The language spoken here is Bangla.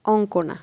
অঙ্কনা